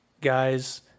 guys